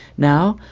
now,